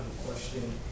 question